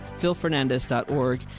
philfernandez.org